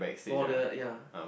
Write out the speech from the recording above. for the ya